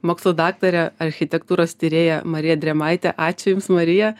mokslų daktare architektūros tyrėja marija drėmaite ačiū jums marija